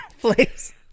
Please